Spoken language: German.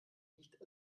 nicht